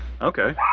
Okay